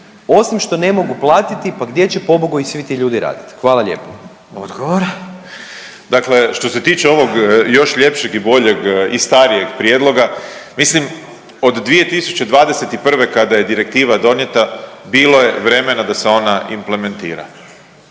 Osim što ne mogu platiti, pa gdje će pobogu i svi ti ljudi raditi. Hvala lijepo. **Grbin, Peđa (SDP)** Dakle, što se tiče ovog još ljepšeg i bolje i starijeg prijedloga mislim od 2021. kada je direktiva donijeta bilo je vremena da se ona implementira.